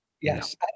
Yes